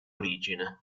origine